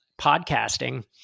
podcasting